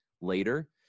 later